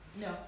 No